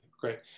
Great